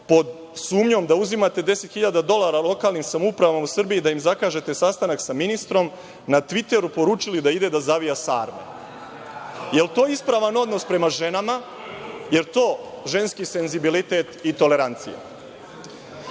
pod sumnjom da uzimate 10.000 dolara lokalnim samoupravama u Srbiji da im zakažete sastanak sa ministrom, na Tviteru poručili da ide da zavija sarme? Da li je to ispravan odnos prema ženama? Da li je to ženski senzibilitet i tolerancija?